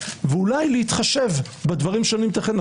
ואולי להתחשב בדברים שאני מתכנן.